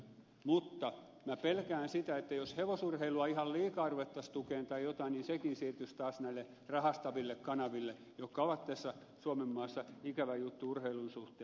mutta minä pelkään sitä että jos hevosurheilua ihan liikaa ruvettaisiin tukemaan tai jotain sekin siirtyisi taas näille rahastaville kanaville jotka ovat tässä suomen maassa ikävä juttu urheilun suhteen